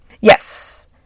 Yes